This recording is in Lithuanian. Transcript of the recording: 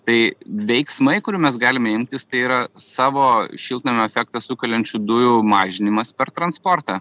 tai veiksmai kurių mes galime imtis tai yra savo šiltnamio efektą sukeliančių dujų mažinimas per transportą